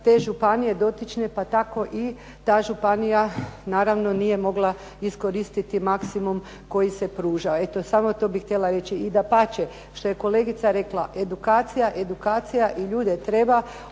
te županije dotične pa tako i ta županija naravno nije mogla iskoristiti maksimum koji se pružao. Eto samo to bih htjela reći. I dapače, što je kolegica rekla edukacija, edukacija i ljude treba